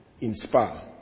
inspire